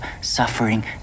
suffering